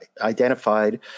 identified